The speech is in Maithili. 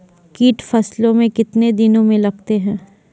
कीट फसलों मे कितने दिनों मे लगते हैं?